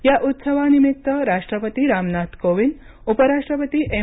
या उत्सवानिमित्त राष्ट्रपती रामनाथ कोविंद उपराष्ट्रपती एम